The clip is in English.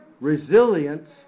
resilience